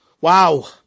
Wow